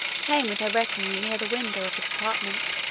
came with her retinue near the windows of his apartment.